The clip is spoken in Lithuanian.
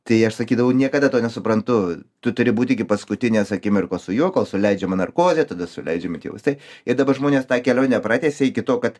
tai aš sakydavau niekada to nesuprantu tu turi būt iki paskutinės akimirkos su juo kol suleidžiama narkozė tada suleidžiami tie vaistai ir dabar žmonės tą kelionę pratęsia iki to kad